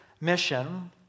mission